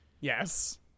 yes